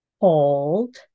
hold